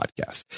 podcast